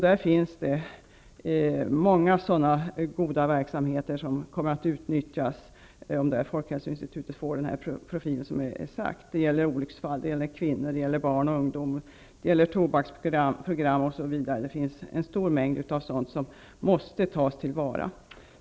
Där finns många goda verksamheter som kan utnyttjas i detta sammanhang, om folkhälsoinstitutet får den profil som är sagt. Det gäller olycksfall, kvinnor, barn och ungdom, tobaksprogram osv. Det finns en stor mängd aktiviteter som måste tas till vara.